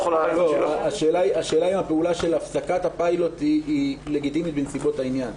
השאלה אם הפעולה של הפסקת הפיילוט היא לגיטימית בנסיבות העניין?